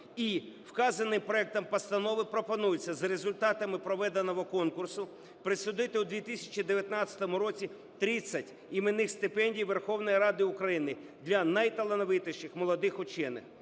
вказаним проектом постанови пропонується за результатами проведеного конкурсу присудити у 2019 році 30 іменних стипендій Верховної Ради України для найталановитіших молодих учених.